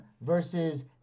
versus